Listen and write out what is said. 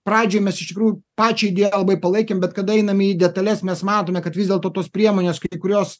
pradžioj mes iš tikrųjų pačią idėją labai palaikėm bet kada einam į detales mes matome kad vis dėlto tos priemonės kai kurios